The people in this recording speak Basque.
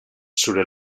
zure